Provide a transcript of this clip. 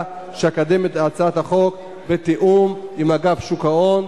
שאקדם את הצעת החוק בתיאום עם אגף שוק ההון,